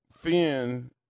Finn